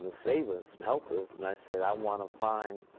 so save us. and help us. and i said, i want to find